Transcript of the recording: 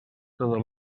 todo